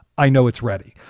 i know it's ready.